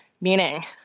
meaning